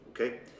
okay